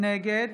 נגד